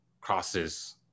crosses